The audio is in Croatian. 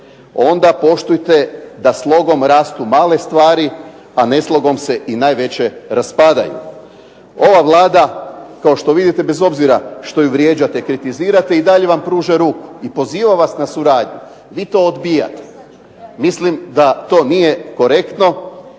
onda poštujte da slogom rastu male stvari,a neslogom se i najveće raspadaju. Ova vlada, kao što vidite bez obzira što ju vrijeđate, kritizirate i dalje vam pruža ruku, i poziva vas na suradnju vi to odbijate, mislim da to nije korektno